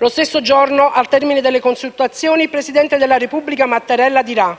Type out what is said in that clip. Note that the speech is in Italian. Lo stesso giorno, al termine delle consultazioni, il presidente della Repubblica Mattarella dirà: